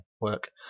work